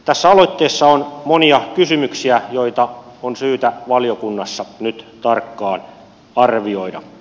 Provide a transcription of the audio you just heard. tässä aloitteessa on monia kysymyksiä joita on syytä valiokunnassa nyt tarkkaan arvioida